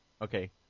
Okay